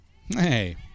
Hey